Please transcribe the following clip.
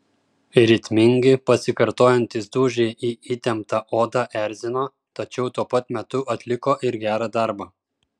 ritmingi pasikartojantys dūžiai į įtemptą odą erzino tačiau tuo pat metu atliko ir gerą darbą